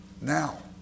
now